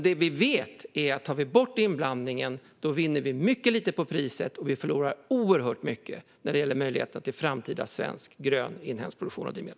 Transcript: Det vi vet är detta: Tar vi bort inblandningen vinner vi mycket lite på priset men förlorar oerhört mycket när det gäller möjligheten till framtida svensk grön och inhemsk produktion av drivmedel.